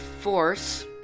force